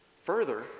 Further